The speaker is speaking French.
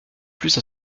plus